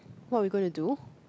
what we gonna do